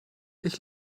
ich